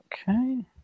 Okay